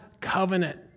covenant